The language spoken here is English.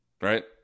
right